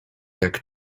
jak